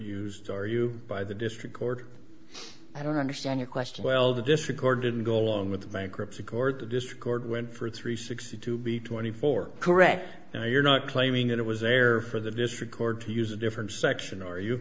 used are you by the district court i don't understand your question well the district court didn't go along with the bankruptcy court the district court went for three sixty two b twenty four correct now you're not claiming that it was there for the district court to use a different section or you